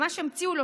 ממש המציאו לו,